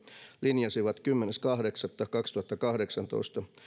linjasivat kymmenes kahdeksatta kaksituhattakahdeksantoista